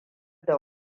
da